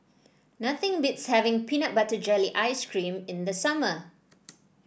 nothing beats having Peanut Butter Jelly Ice cream in the summer